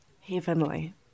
heavenly